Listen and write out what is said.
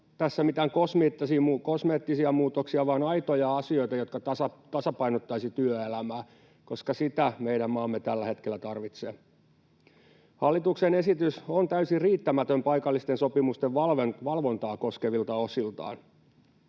tässä mitään kosmeettisia muutoksia vaan aitoja asioita, jotka tasapainottaisivat työelämää, koska sitä meidän maamme tällä hetkellä tarvitsee. Hallituksen esitys on täysin riittämätön paikallisten sopimusten valvontaa koskevilta osiltaan.